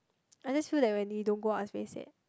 I just feel that when you don't go out it's very sad